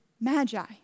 magi